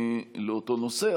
אותו נושא,